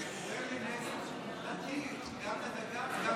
זה גורם לנזק אדיר גם לדגה וגם,